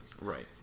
Right